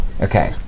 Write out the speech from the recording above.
Okay